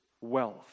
wealth